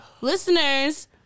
listeners